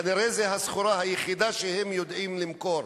כנראה זו הסחורה היחידה שהם יודעים למכור,